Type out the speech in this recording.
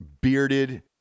bearded